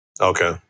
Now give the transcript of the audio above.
Okay